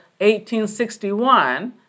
1861